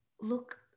look